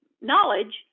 knowledge